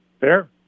Fair